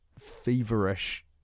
feverish